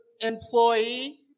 employee